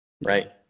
right